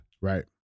Right